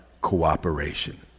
cooperation